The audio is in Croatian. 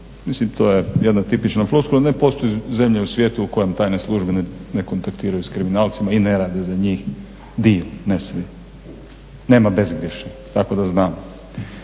mislim to je jedna tipična floskula, ne postoji zemlja u svijetu u kojem tajne službe ne kontaktiraju s kriminalcima i ne rade za njih, dio, ne svi. Nema bezgrješnih, tako da znamo.